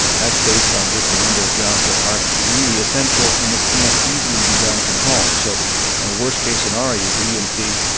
that's based on just the number of jobs that aren't really essential and that can't easily be done from home. so in a worst-case scenario, you could even see,